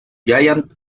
giants